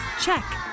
Check